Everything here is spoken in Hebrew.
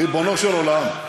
ריבונו של עולם,